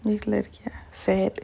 வீட்ல இருக்கியா:veetla irukkiyaa sad